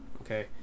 okay